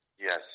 Yes